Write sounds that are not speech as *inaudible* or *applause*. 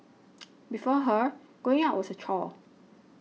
*noise* before her going out was a chore